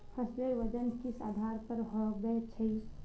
फसलेर वजन किस आधार पर होबे चही?